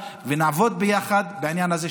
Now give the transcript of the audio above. לקחת את כל הנושא של תכנון ובנייה,